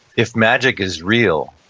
if magic is real,